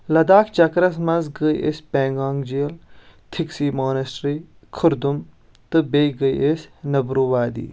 لداخ چکرس منٛز گٔے أسۍ پینگانگ جیل تھکسی مونیسٹری خُردُم تہٕ بیٚیہِ گٔے أسۍ نبرو وادی